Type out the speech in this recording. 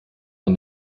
man